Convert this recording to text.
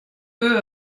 peu